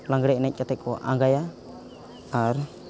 ᱞᱟᱜᱽᱬᱮ ᱮᱱᱮᱡ ᱠᱟᱛᱮᱫᱠᱚ ᱟᱸᱜᱟᱭᱟ ᱟᱨ